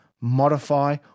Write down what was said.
modify